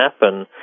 happen